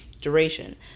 duration